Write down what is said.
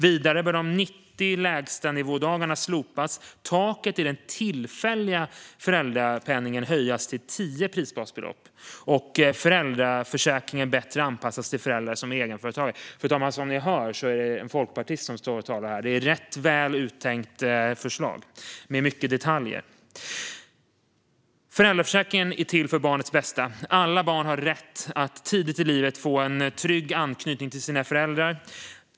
Vidare bör de 90 lägstanivådagarna slopas och taket i den tillfälliga föräldrapenningen höjas till 10 prisbasbelopp. Föräldraförsäkringen bör också bättre anpassas till föräldrar som är egenföretagare. Som alla hör är det en folkpartist som står här och talar, fru talman; det är ett rätt väl uttänkt förslag med mycket detaljer. Föräldraförsäkringen är till för barnets bästa. Alla barn har rätt att tidigt i livet få en trygg anknytning till sina föräldrar.